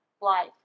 life